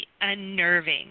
unnerving